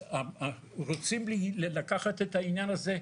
אז רוצים לקחת את העניין הזה.